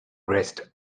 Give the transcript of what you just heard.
rest